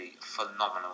phenomenal